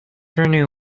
renew